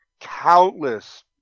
countless